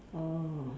oh